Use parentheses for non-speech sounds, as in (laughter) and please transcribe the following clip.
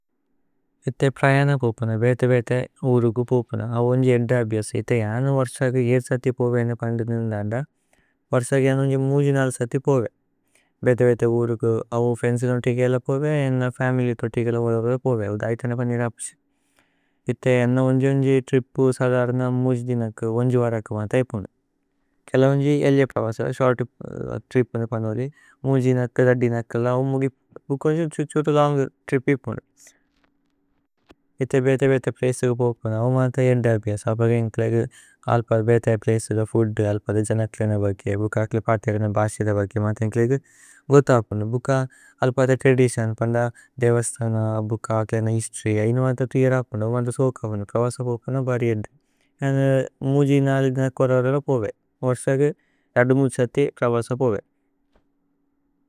ഇഥേ പ്രഏഅന പുപുന ബേഥേ ബേഥേ ഉരുഗു പുപുന। ഔ ഉന്ജി ഏദ്ദ അബിഓസി ഇഥേ ജനു വര്സഗി യേഛ് സതി। പുപേ ഏന്നേ പന്ദു നിന്ദന്ദ വര്സഗി ജനു ഉന്ജി മുജി। നല് സതി പുപേ ഭേഥേ ബേഥേ ഉരുഗു ഔ ഫേന്ചേ നോതി। കേലേ പുപേ ഏന്നേ ഫമില്യ് നോതി കേലേ ഉരുവേ പുപേ। ഉധൈഥനേ പന്ജിര അപിസി ഇഥേ അന്നു ഉന്ജി ഉന്ജി। ത്രിപു സദര്ന മുജി ദിനക് ഉന്ജി വരാക് മതൈ പുനു। കേല ഉന്ജി ഏല്ല പ്രവസ ശോര്ത് ത്രിപ് ഉന്നേ പനോലി। മുജി ദിനക് രദ്ദി ദിനക് ലൌ മുഗി ഉന്ജി ഉന്ജി ലോന്ഗ്। ത്രിപി പുനു ഇഥേ ബേഥേ ബേഥേ പ്ലേസേകേ പോപുന ഔ। മാന്ത ഏന്ദ അബിഓസി അപഗേ ഉന്കേലേകേ അല്പ ബേഥേ പ്ലേസേകേ ഫുദ്ദു അല്പ ജനക് ലേന ബക്കേ ഭുകകേലേ। പാതേ ലേന ബാസേകേ ബക്കേ മാന്ത ഉന്കേലേകേ ഗോത। പുനു ഭുക അല്പ അദ ത്രദിതിഓന് പന്ദ। (hesitation) ദേവസ്തന ബുക ലേന ഹിസ്തോര്യ് ഐന മാന്ത തുജേര। പുനു ഔ മാന്ത സോക പുനു പ്രവസ പോപുന ബരി। ഏദ്ദു ഏന്നേ മുജി നല് ദിനക് വരാര പോവേ। വര്സഗി രദ്ദു മുജി സതി പ്രവസ പോവേ।